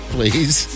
Please